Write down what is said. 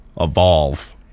evolve